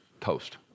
toast